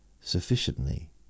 sufficiently